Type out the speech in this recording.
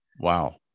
wow